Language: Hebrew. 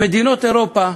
שמדינות אירופה,